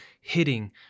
hitting